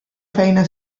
feina